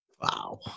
Wow